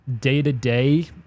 day-to-day